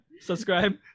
subscribe